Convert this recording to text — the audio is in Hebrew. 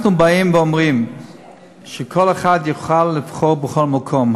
אנחנו באים ואומרים שכל אחד יוכל לבחור בכל מקום,